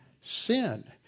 sin